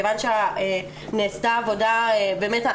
כיוון שנעשתה עבודה באמת,